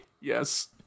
yes